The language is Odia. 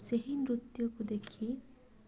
ସେହି ନୃତ୍ୟକୁ ଦେଖି